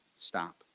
stop